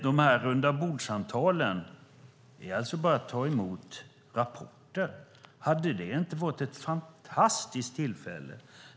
Vid rundabordssamtalen tar man alltså bara emot rapporter.